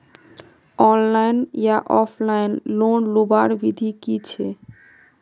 Online या offline loan लुबार विधि की छे?